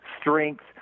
strength